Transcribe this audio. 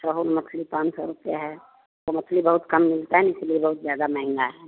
सोहुल मछली पाँच सौ रुपया है वो मछली बहुत कम मिलता है ना इसीलिए बहुत ज़्यादा महँगा है